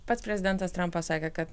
pats prezidentas trampas sakė kad